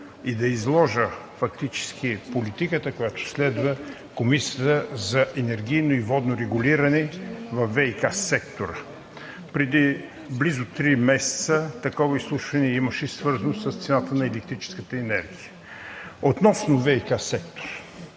и да изложа фактически политиката, която следва Комисията за енергийно и водно регулиране във ВиК сектора. Преди близо три месеца такова изслушване имаше свързано с цената на електрическата енергия. Относно ВиК сектора